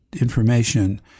information